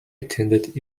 attended